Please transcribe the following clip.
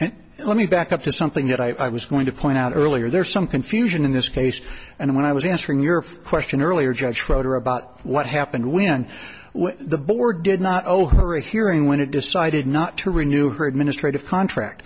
and let me back up to something that i was going to point out earlier there's some confusion in this case and when i was answering your question earlier judge fodor about what happened when the board did not owe her a hearing when it decided not to renew her administrative contract